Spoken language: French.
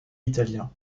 italien